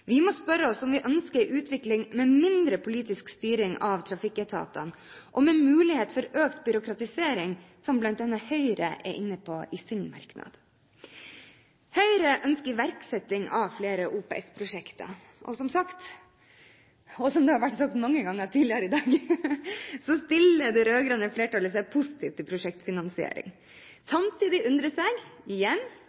Vi må spørre oss om vi ønsker en utvikling med mindre politisk styring av trafikketatene, og med mulighet for økt byråkratisering, som bl.a. Høyre er inne på i sin merknad. Høyre ønsker iverksetting av flere OPS-prosjekter. Som sagt – og som det har vært sagt mange ganger tidligere i dag – stiller det rød-grønne flertallet seg positivt til prosjektfinansiering.